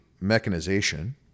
mechanization